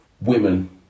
women